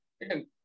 again